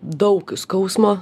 daug skausmo